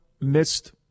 missed